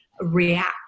react